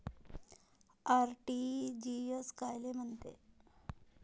RTGS कायले म्हनते?